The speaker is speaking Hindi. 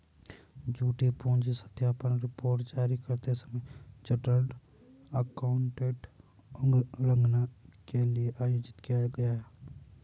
झूठी पूंजी सत्यापन रिपोर्ट जारी करते समय चार्टर्ड एकाउंटेंट उल्लंघन के लिए आयोजित किया गया